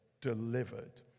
delivered